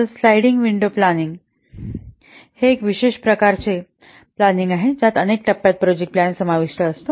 तर sliding window planning हे एक विशेष प्रकारचे प्लँनिंग आहे ज्यात अनेक टप्प्यांत प्रोजेक्ट प्लॅन समाविष्ट असते